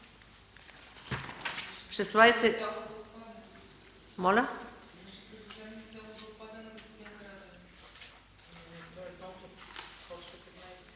Моля